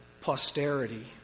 posterity